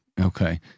Okay